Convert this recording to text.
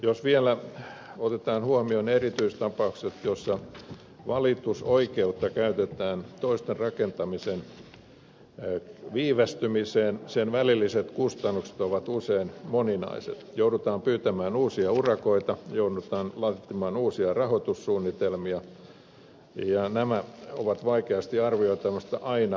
jos vielä otetaan huomioon erityistapaukset joissa valitusoikeutta käytetään toisten rakentamisen viivyttämiseen sen välilliset kustannukset ovat usein moninaiset joudutaan pyytämään uusia urakoita joudutaan laatimaan uusia rahoitussuunnitelmia ja nämä ovat vaikeasti arvioitavissa mutta aina lisäävät kustannuksia